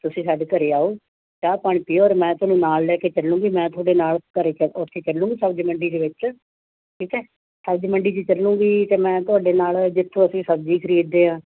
ਤੁਸੀਂ ਸਾਡੇ ਘਰ ਆਓ ਚਾਹ ਪਾਣੀ ਪੀਓ ਔਰ ਮੈਂ ਤੁਹਾਨੂੰ ਨਾਲ ਲੈ ਕੇ ਚੱਲੂੰਗੀ ਮੈਂ ਤੁਹਾਡੇ ਨਾਲ ਘਰ ਉੱਥੇ ਚੱਲੂਗੀ ਸਬਜ਼ੀ ਮੰਡੀ ਦੇ ਵਿੱਚ ਠੀਕ ਹੈ ਸਬਜ਼ੀ ਮੰਡੀ 'ਚ ਚੱਲੂੰਗੀ ਅਤੇ ਮੈਂ ਤੁਹਾਡੇ ਨਾਲ ਜਿੱਥੋਂ ਅਸੀਂ ਸਬਜ਼ੀ ਖਰੀਦਦੇ ਹਾਂ